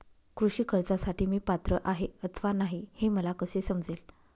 कृषी कर्जासाठी मी पात्र आहे अथवा नाही, हे मला कसे समजेल?